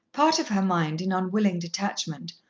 part of her mind, in unwilling detachment,